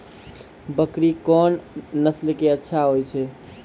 बकरी कोन नस्ल के अच्छा होय छै?